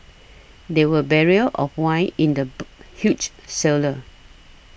there were barrels of wine in the huge cellar